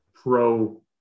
pro